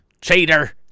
cheater